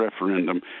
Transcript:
referendum